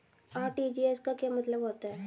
RTGS का क्या मतलब होता है?